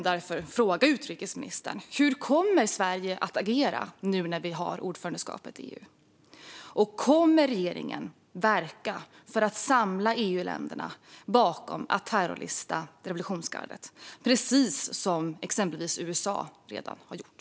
Därför frågar jag utrikesministern igen: Hur kommer Sverige att agera under ordförandeskapet i EU? Kommer regeringen att verka för att samla EU-länderna bakom att terrorlista revolutionsgardet, vilket exempelvis USA redan har gjort?